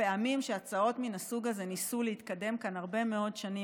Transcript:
לפעמים שהצעות מן הסוג הזה ניסו להתקדם כאן הרבה מאוד שנים,